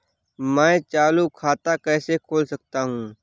मैं चालू खाता कैसे खोल सकता हूँ?